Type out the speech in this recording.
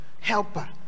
helper